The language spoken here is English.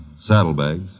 saddlebags